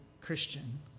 Christian